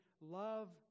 love